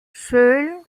seul